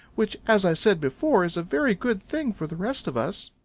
which, as i said before, is a very good thing for the rest of us.